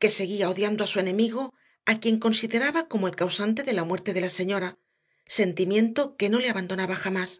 que seguía odiando a su enemigo a quien consideraba como el causante de la muerte de la señora sentimiento que no le abandonaba jamás